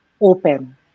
open